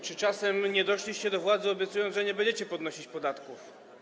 Czy czasem nie doszliście do władzy, obiecując, że nie będziecie podnosić podatków?